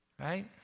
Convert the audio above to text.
Right